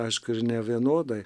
aišku ir nevienodai